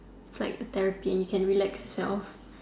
like therapy you can relax yourself